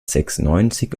sechsundneunzig